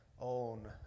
own